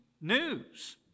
news